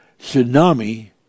tsunami